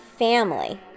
family